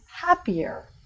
happier